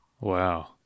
Wow